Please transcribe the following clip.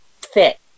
fit